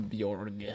Bjorn